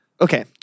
okay